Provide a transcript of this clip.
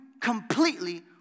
completely